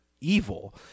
evil